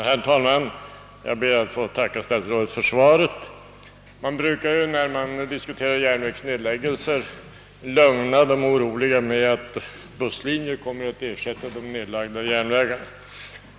Herr talman! Jag ber att få tacka statsrådet för svaret på min fråga. När man diskuterar nedläggningen av järnvägar brukar man lugna de oroliga med att busslinjer kommer att ersätta de nedlagda järnvägarna.